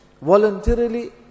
Voluntarily